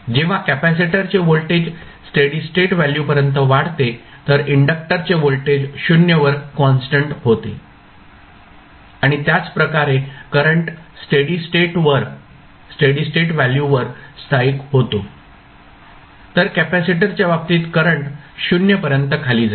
जेव्हा कॅपेसिटरचे voltage steady state value पर्यंत वाढते तर इंडक्टरचे व्होल्टेज 0 वर कॉन्स्टंट होते आणि त्याचप्रकारे करंट स्टेडी स्टेट व्हॅल्यूवर स्थायिक होतो तर कॅपेसिटरच्या बाबतीत करंट 0 पर्यंत खाली जाईल